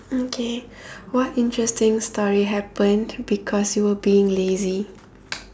okay what interesting story happen because you were being lazy